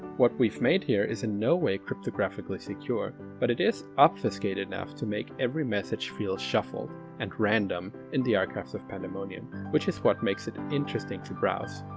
what we've made here is in no way cryptographically secure, but it is obfuscated enough to make every message feel shuffled and random in the archives of pandemonium, which is what makes it interesting to browse.